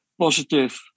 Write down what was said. positive